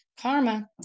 karma